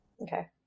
Okay